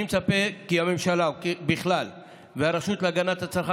אני מצפה כי הממשלה בכלל והרשות להגנת הצרכן